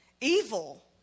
Evil